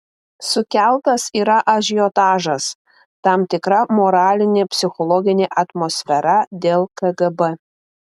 sukeltas yra ažiotažas tam tikra moralinė psichologinė atmosfera dėl kgb